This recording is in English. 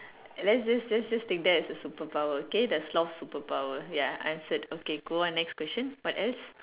let's just just just take that as a super power okay the sloth super power answered okay go on next question what else